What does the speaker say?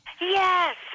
Yes